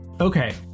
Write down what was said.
Okay